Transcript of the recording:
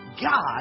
God